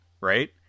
right